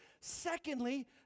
Secondly